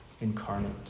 incarnate